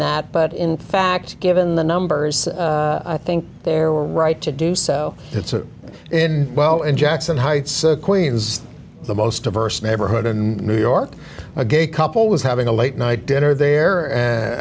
that but in fact given the numbers i think there were right to do so it's in well in jackson heights queens the most diverse neighborhood in new york a gay couple was having a late night dinner there and